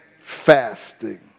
fasting